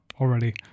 already